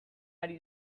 ari